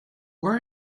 where